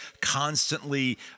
constantly